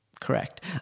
Correct